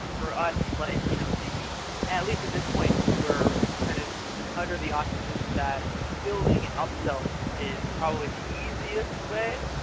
for us, like you know the at least to this point, we're kind of under the auspices that building upsells is probably the easiest way,